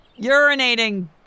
urinating